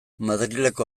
madrileko